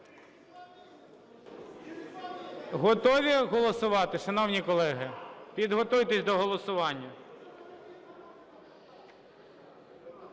Готові голосувати, шановні колеги? Підготуйтесь до голосування.